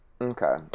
Okay